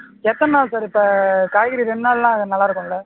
எத்தனை நாள் சார் இப்போ காய்கறி ரெண்டு நாள்லாம் நல்லாயிருக்கும்ல